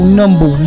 number